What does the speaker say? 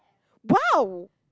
!wow!